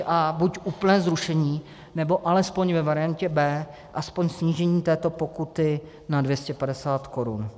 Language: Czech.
A buď úplné zrušení, nebo ve variantě B aspoň snížení této pokuty na 250 korun.